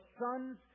sons